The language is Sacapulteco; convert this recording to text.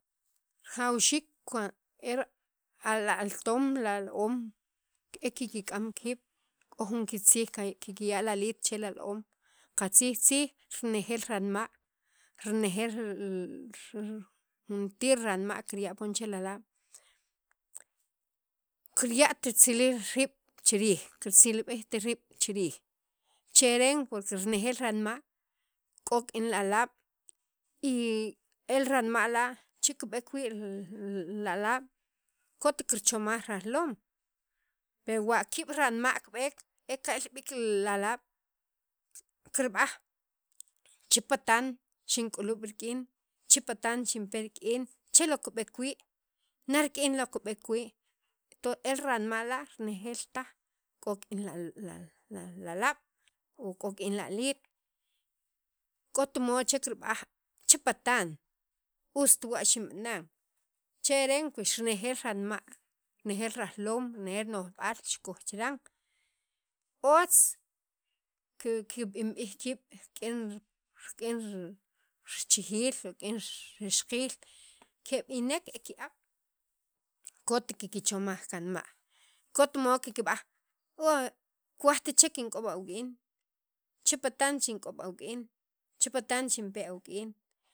Jawxiik cuan er el laltoom lal- oom e kik'am kiib' k'o jun kikitzij kay kirya' li aliit che li al- oon qatzijtzij renejeel ranma', renejeel lll juntir ranma' kirya' poon che lalaab', kirya't ritzilijt riib' chi riij kirtzilb'ejt riib' chi riij cheren porque renejeel ranma' k'o rik'in li alaab', y eranma' la' che kib'eek wii' lalab', k'ot kirchomaj rajloom, pe wa' ki'ab' ranma' kib'eek e ke'l b'iik lalaab' kirb'aj che patan xink'ulub' rik'in, che patan xinpe rik'in, che lon kib'eek wii', na rik'in lon tonces ranma' la' renejeel taj k'o rik'in lalab' o rik'in laliit, k'ot mod chek kirb'aj chepatan, ust wa xinb'anan, cheren renejeel ranma', renejeel rajloom, renejeel nojb'aal xirikoj chiran otz kikb'inb'ej kiib' rik'in richijiil o rik'in rixaqiil keb'inek e ki'ab' k'ot kikchomaj qanma', k'ot mod kikb'aj kuwajt chek kink'ob' awuk'in, che patan xink'ob awuk'in, che patan xinpe awuk'in.